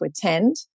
attend